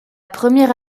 première